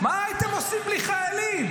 מה הייתם עושים בלי חיילים?